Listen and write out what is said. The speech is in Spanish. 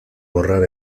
borrar